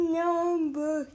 number